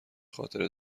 خاطره